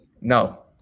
No